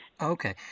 Okay